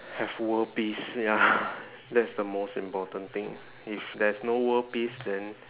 have world peace ya that's the most important thing if there's no world peace then